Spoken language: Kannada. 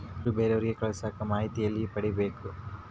ದುಡ್ಡು ಬೇರೆಯವರಿಗೆ ಕಳಸಾಕ ಮಾಹಿತಿ ಎಲ್ಲಿ ಪಡೆಯಬೇಕು?